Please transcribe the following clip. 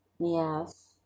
Yes